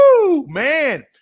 man